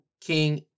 King